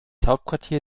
hauptquartier